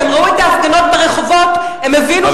כשהם ראו את ההפגנות ברחובות הם הבינו שכדאי לעלות על הגל הזה.